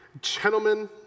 Gentlemen